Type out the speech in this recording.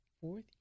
fourth